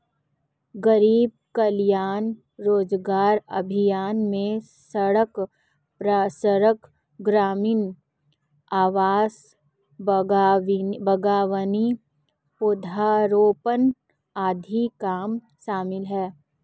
गरीब कल्याण रोजगार अभियान में सड़क, ग्रामीण आवास, बागवानी, पौधारोपण आदि काम शामिल है